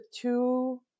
two